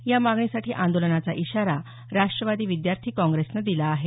या मागणीसाठी आंदोलनाचा इशारा राष्ट्रवादी विद्यार्थी काँग्रेसनं दिला आहे